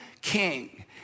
king